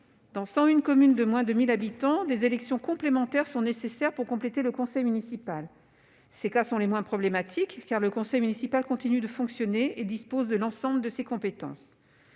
Dans 101 communes de moins de 1 000 habitants, des élections complémentaires sont nécessaires pour compléter le conseil municipal. Ces cas sont les moins problématiques, car le conseil municipal continue de fonctionner et dispose de l'ensemble de ses compétences.